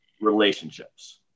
relationships